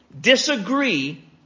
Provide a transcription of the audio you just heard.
disagree